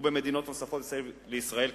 ובמדינות נוספות מסביב לישראל,